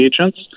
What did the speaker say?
agents